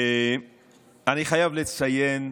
אני חייב לציין,